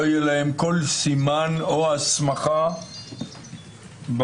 לא יהיה להם כל סימן או הסמכה בחוק.